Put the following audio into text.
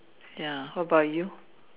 ya what about you